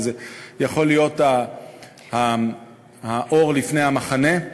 וזה יכול להיות האור לפני המחנה.